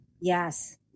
Yes